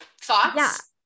Thoughts